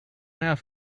earth